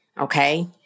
Okay